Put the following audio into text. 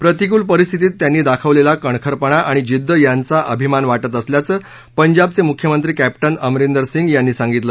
प्रतिकूल परिस्थितीत त्यांनी दाखवलेला कणखरपणा आणि जिद्द यांचा अभिमान वाटत असल्याचं पंजाबचे मुख्यमंत्री कॅप्टन अमरिंदर सिंग यांनी सांगितलं